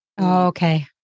Okay